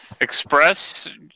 express